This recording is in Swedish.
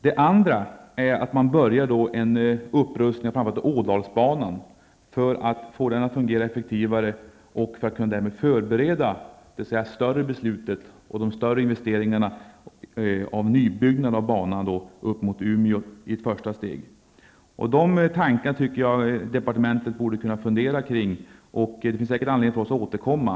Det andra är att man börjar med en upprustninga av framför allt Ådalsbanan, för att få den att fungera effektivare och för att kunna förbereda det större beslutet och de större investeringarna i en nybyggnad av banan i ett första steg upp mot De tankebanorna tycker jag att departementet borde kunna fundera i. Det finns säkert anledning för oss att återkomma.